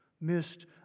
missed